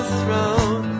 throne